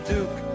Duke